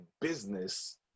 business